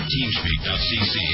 Teamspeak.cc